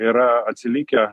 yra atsilikę